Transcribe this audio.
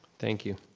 thank you.